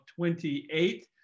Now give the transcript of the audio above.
28